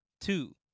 Two